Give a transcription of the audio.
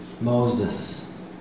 Moses